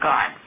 God